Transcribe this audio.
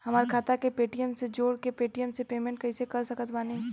हमार खाता के पेटीएम से जोड़ के पेटीएम से पेमेंट कइसे कर सकत बानी?